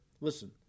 listen